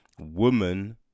woman